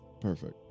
perfect